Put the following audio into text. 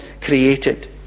created